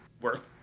worth